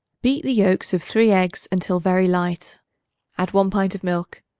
beat the yolks of three eggs until very light add one pint of milk.